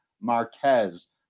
Marquez